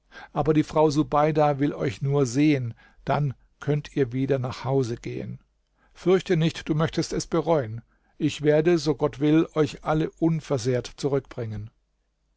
aber die frau subeida will euch nur sehen dann könnt ihr wieder nach hause gehen fürchte nicht du möchtest es bereuen ich werde so gott will euch alle unversehrt zurückbringen